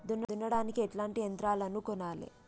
దున్నడానికి ఎట్లాంటి యంత్రాలను కొనాలే?